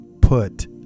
put